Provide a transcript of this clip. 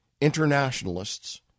internationalists